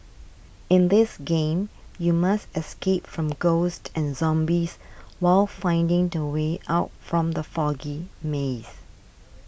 in this game you must escape from ghosts and zombies while finding the way out from the foggy maze